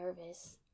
nervous